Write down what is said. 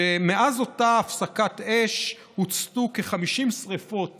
שמאז אותה הפסקת אש הוצתו כ-50 שרפות